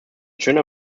schöner